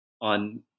on